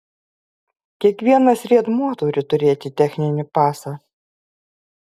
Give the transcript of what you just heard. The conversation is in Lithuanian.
kiekvienas riedmuo turi turėti techninį pasą